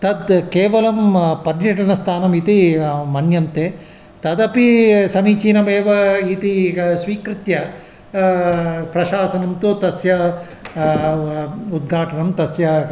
तद् केवलं पर्यटनस्थानम् इति मन्यन्ते तदपि समीचीनमेव इति स्वीकृत्य प्रशासनं तु तस्य उद्घाटनं तस्य